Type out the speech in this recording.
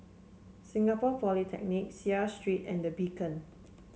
Singapore Polytechnic Seah Street and The Beacon